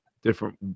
Different